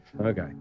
Okay